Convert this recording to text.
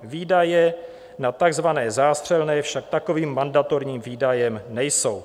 Výdaje na takzvané zástřelné však takovým mandatorním výdajem nejsou.